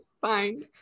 Fine